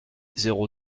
zéro